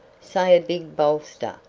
say a big bolster,